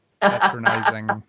patronizing